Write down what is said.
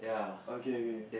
okay okay